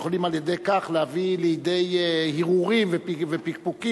אנחנו יכולים על-ידי כך להביא לידי הרהורים ופקפוקים,